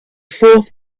fourth